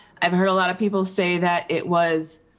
um heard a lot of people say that it was